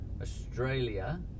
Australia